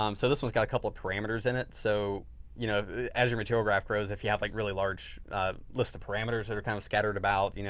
um so this one's got a couple of parameters in it. so you know as your material graph grows, if you have like really large lists of parameters that are kind of scattered about, you know